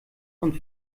und